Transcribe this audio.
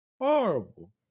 horrible